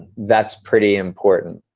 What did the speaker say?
that's pretty important.